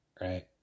Right